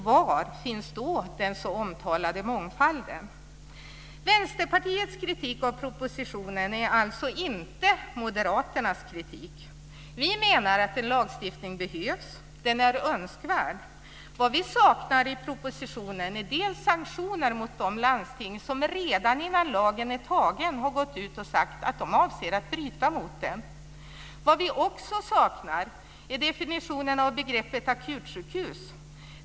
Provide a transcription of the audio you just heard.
Var finns då den så omtalade mångfalden? Vänsterpartiets kritik av propositionen är alltså inte Moderaternas kritik. Vi menar att en lagstiftning behövs. Den är önskvärd. Det vi saknar i propositionen är sanktioner mot de landsting som redan innan lagen är antagen har gått ut och sagt att de avser att bryta mot den. Vi saknar också en definition av begreppet akutsjukhus.